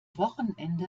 wochenende